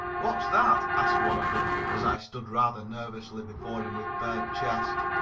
what's that? asked one of them as i stood rather nervously before him with bared chest.